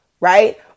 Right